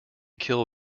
kill